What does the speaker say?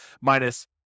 Minus